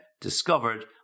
discovered